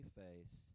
face